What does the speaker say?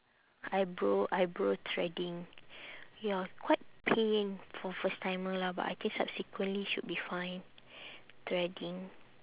eyebrow eyebrow threading ya quite pain for first timer lah but I think subsequently should be fine threading